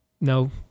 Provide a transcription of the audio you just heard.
No